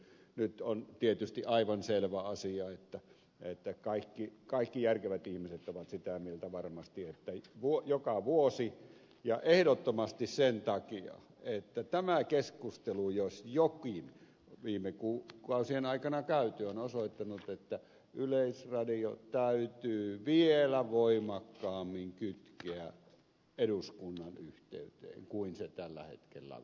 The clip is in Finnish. nyt on tietysti aivan selvä asia että kaikki järkevät ihmiset ovat sitä mieltä varmasti että joka vuosi ja ehdottomasti sen takia että tämä keskustelu jos jokin viime kuukausien aikana käyty on osoittanut että yleisradio täytyy vielä voimakkaammin kytkeä eduskunnan yhteyteen kuin se tällä hetkellä on